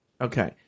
Okay